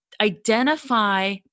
identify